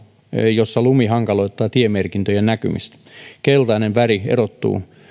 jossa lumi hankaloittaa tiemerkintöjen näkymistä keltainen väri erottuu